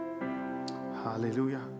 Hallelujah